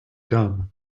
dumb